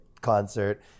concert